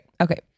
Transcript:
Okay